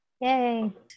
Yay